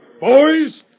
Boys